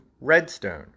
Redstone